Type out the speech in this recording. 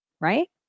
right